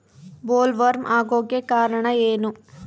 Bollworm ಆಗೋಕೆ ಕಾರಣ ಏನು?